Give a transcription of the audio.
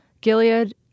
Gilead